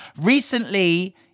recently